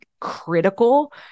critical